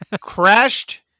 crashed